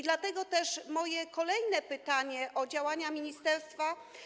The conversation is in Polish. Dlatego też moje kolejne pytanie o działania ministerstwa.